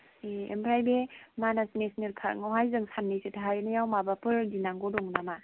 ए ओमफ्राइ बे मानास नेसनेल पार्कआवहाय जों साननैसो थाहैनायाव माबाफोर गिनांगौ दं नामा